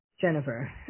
Jennifer